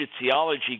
theology